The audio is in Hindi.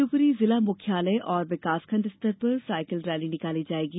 शिवपुरी जिला मुख्यालय और विकासखंड स्तर पर साइकिल रैली निकाली जायेगी